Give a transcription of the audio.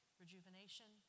rejuvenation